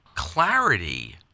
clarity